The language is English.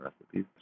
recipes